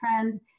trend